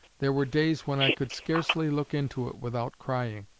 there were days when i could scarcely look into it without crying.